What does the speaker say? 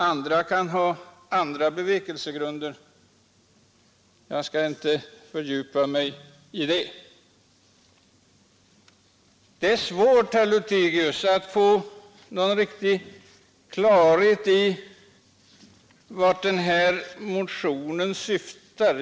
Andra kan ha andra bevekelsegrunder; jag skall inte fördjupa mig i dem. Det är svårt, herr Lothigius, att få någon riktig klarhet i vart den här motionen syftar.